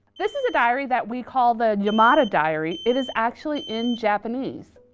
this is a diary that we call the yamada diary. it is actually in japanese.